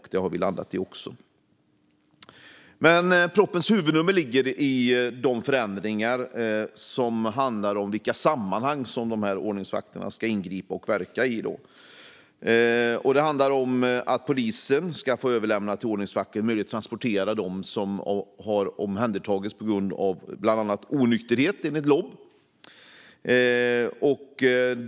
För det tredje är propositionens huvudnummer de förändringar som handlar om i vilka sammanhang som ordningsvakterna ska ingripa och verka. Polisen ska få överlämna till ordningsvakter att transportera dem som har omhändertagits för onykterhet enligt LOB.